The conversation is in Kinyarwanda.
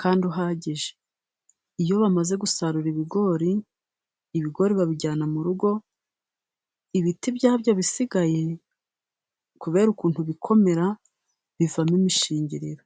kandi uhagije. Iyo bamaze gusarura ibigori, ibigori babijyana mu rugo ibiti byabyo bisigaye kubera ukuntu bikomera bivamo imishingiriro.